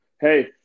Hey